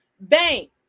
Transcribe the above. bank